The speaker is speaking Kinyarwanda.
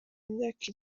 myaka